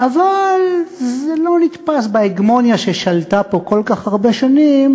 אבל זה לא נתפס בהגמוניה ששלטה פה כל כך הרבה שנים.